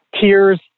tears